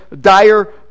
dire